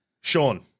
Sean